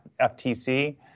FTC